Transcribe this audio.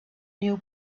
new